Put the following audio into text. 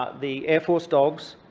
the air force dogs